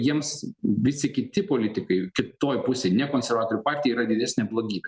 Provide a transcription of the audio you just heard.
jiems visi kiti politikai kitoj pusėj ne konservatorių partija yra didesnė blogybė